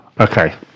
Okay